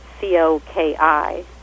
C-O-K-I